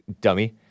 dummy